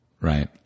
Right